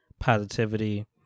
Positivity